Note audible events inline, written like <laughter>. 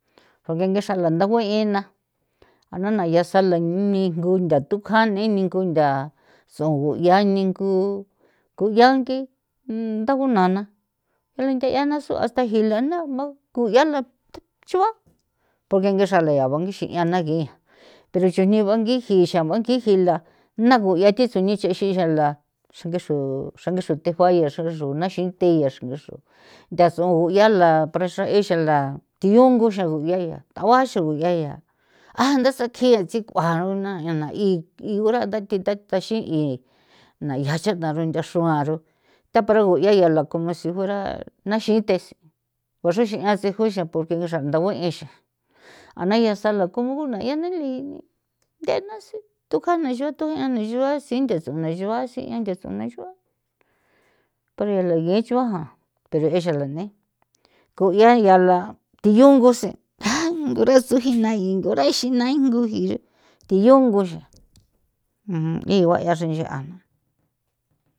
A nge nge xrala ntha gue na ana na ya sala ningu ntha thu ja nene ko ntha tsugu ya ningu ko ya nke tha gunana <noise> yala ntheia sua hasta gila na ma ko yiala thechuan <noise> porque ngexra la ya bangixi'a na gi pero chujni bangiji xan bangi jila na gu'ia thi tsuni nche xi xa la xra nge xru xran nge xro nthejuaya xran ge xro naxinthe'ia xran ge xro ntha suju yala para xree xan la thi ungu xra guya ya thagua xiguya ya a ntha sakjia tcha runtha xrua si kuaja naia na ntha taxin'i nja ya cha runthaxrua aro tha para gu'ia yala como si fuera na xii the gua xrexi'an tsi jo xan porque nge xra ntha guexan ana ya sala como gu'ia na ni nge na tsitjo jan na ncho tho gea na ncho a si'in the tsuna yoa si'in the tsuna nchu pero yala gue ncho a jan pero e xrala nee koya yala thiyu nguse ko ra tsujina ko ra ixi nai gu thiyu ngo ngigua ya xrenchi ana.